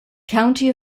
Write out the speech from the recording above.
county